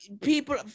People